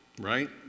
right